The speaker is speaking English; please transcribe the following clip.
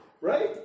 right